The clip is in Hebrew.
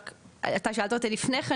רק אתה שאלת אותי לפני כן,